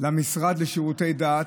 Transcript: למשרד לשירותי דת